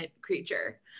creature